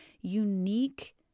unique